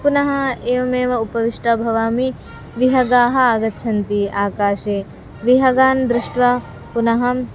पुनः एवमेव उपविष्टा भवामि विहङ्गाः आगच्छन्ति आकाशे विहङ्गान् दृष्ट्वा पुनः